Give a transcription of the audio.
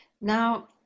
Now